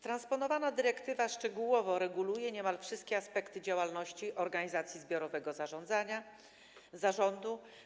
Transponowana dyrektywa szczegółowo reguluje niemal wszystkie aspekty działalności organizacji zbiorowego zarządzania, zarządu.